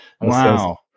Wow